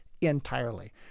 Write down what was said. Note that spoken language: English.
entirely